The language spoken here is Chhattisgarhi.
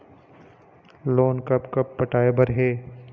लोन कब कब पटाए बर हे?